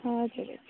हजुर हजुर